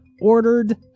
ordered